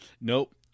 Nope